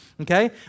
okay